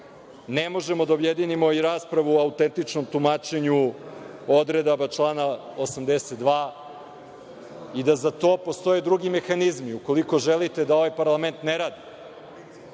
ne možemo da objedinimo i raspravu o autentičnom tumačenju odredaba člana 82. i da za to postoje drugi mehanizmi. Ukoliko želite da ovaj parlament ne radi